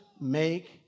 make